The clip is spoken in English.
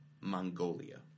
Mongolia